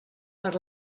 per